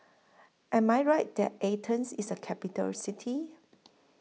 Am I Right that Athens IS A Capital City